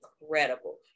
incredible